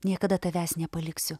niekada tavęs nepaliksiu